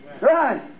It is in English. Right